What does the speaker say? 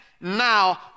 Now